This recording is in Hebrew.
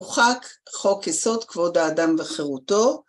חוקק חוק יסוד כבוד האדם וחירותו